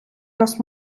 нас